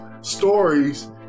stories